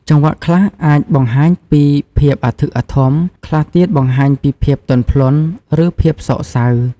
ចង្វាក់ខ្លះអាចបង្ហាញពីភាពអធិកអធម ខ្លះទៀតបង្ហាញពីភាពទន់ភ្លន់ ឬភាពសោកសៅ។